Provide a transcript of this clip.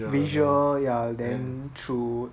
visual ya then through